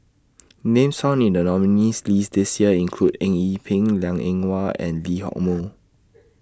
Names found in The nominees' list This Year include Eng Yee Peng Liang Eng Hwa and Lee Hock Moh